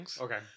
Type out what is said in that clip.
Okay